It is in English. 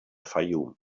fayoum